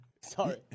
sorry